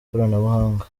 ikoranabuhanga